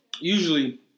usually